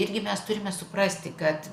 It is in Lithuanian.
irgi mes turime suprasti kad